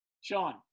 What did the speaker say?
Sean